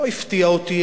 לא הפתיע אותי,